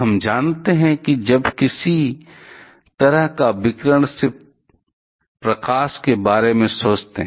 हम जानते हैं कि जब भी किसी तरह का विकिरण सिर्फ प्रकाश के बारे में सोचते हैं